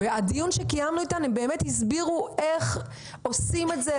בדיון שקיימנו איתם הם הסבירו איך עושים את זה,